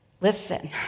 Listen